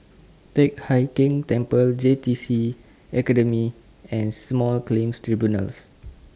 Teck Hai Keng Temple J T C Academy and Small Claims Tribunals